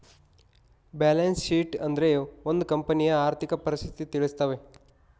balance sheet ಅಂದ್ರೆ ಒಂದ್ ಕಂಪನಿಯ ಆರ್ಥಿಕ ಪರಿಸ್ಥಿತಿ ತಿಳಿಸ್ತವೆ